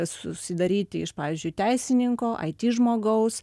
susidaryti iš pavyzdžiui teisininko it žmogaus